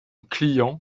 clients